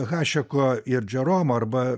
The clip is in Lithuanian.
hašeko ir džeromo arba